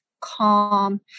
calm